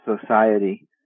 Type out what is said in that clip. society